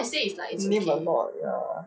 mean a not ya